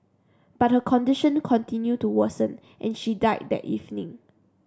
but her condition continued to worsen and she died that evening